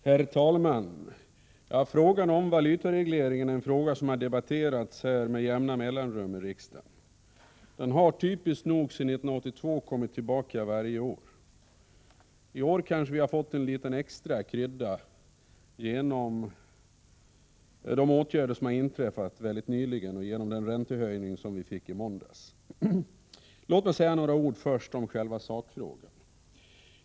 Herr talman! Frågan om valutaregleringen har debatterats med jämna mellanrum i riksdagen. Den har typiskt nog sedan 1982 kommit tillbaka varje år. I år kanske den har fått en extra krydda genom vad som inträffat helt nyligen och den räntehöjning som vi fick i måndags. Låt mig först säga några ord om själva sakfrågan.